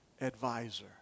advisor